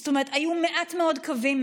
זאת אומרת: היו מעט מאוד קווים,